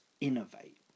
innovate